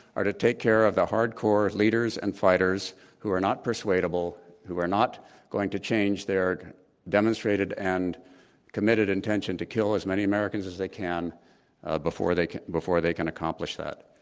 are to take care of the hard core leaders and fighters who are not persuadable, who are not going to change their demonstrated and committed intention to kill as many americans as they can ah before they before they can accomplish that.